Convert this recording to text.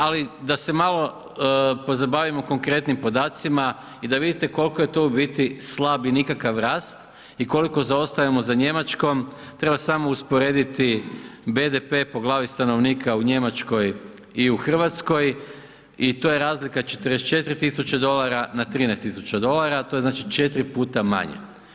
Ali da se malo pozabavimo konkretnim podacima i da vidite koliko je to u biti slab i nikakav rast i koliko zaostajemo za Njemačkom, treba samo usporediti BDP po glavi stanovnika u Njemačkoj i u Hrvatskoj i to je razlika 44 tisuće dolara na 13 tisuća dolara, to je znači 4x manje.